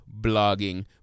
blogging